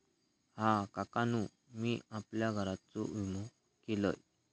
हा, काकानु मी आपल्या घराचो विमा केलंय